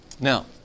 Now